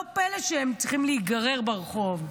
לא פלא שהם צריכים להיגרר ברחוב.